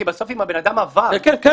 כי בסוף אם הבן אדם עבר --- כן,